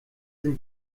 sind